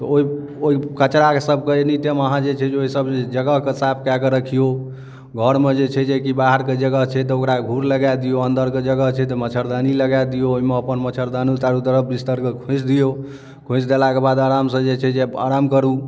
तऽ ओहि ओहि कचरा सबके एनी टाइम अहाँ जे छै ओहि सब जगहके साफ कै कऽ रखिऔ घरमे जे छै जेकि बाहर कऽ जगह छै तऽ ओकरा घूर लगाय दिऔ अंदरके जगह छै तऽ मच्छरदानी लगाय दिऔ ओहिमे अपन मच्छरदानी चारू तरफ बिस्तरके खोसि दिऔ खोसि देलाके बाद आरामसँ जे छै से आराम करू